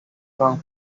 kong